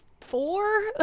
four